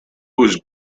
was